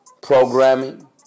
programming